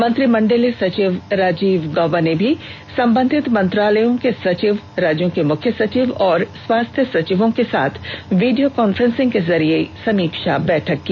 मंत्रिमंडल सचिव राजीव गाबा ने भी संबंधित मंत्रालयों के सचिव राज्यों के मुख्य सचिव और स्वास्थ्य सचिवों के साथ वीडियो कांफ्रेंस के जरिये समीक्षा बैठक की